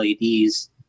LEDs